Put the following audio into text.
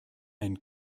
ein